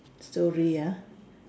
slowly ah